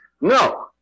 No